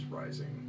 rising